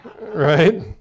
right